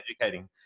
educating